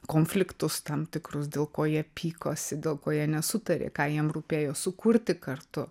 konfliktus tam tikrus dėl ko jie pykosi dėl ko jie nesutarė ką jiem rūpėjo sukurti kartu